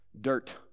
Dirt